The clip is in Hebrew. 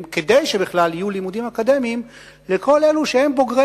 כדי שבכלל יהיו לימודים אקדמיים לכל אלו שהם בוגרי